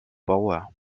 bauer